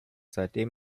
seitdem